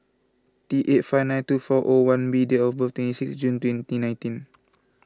T eight five nine two four O one B date of birth is twenty six June twenty nineteen